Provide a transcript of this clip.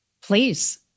Please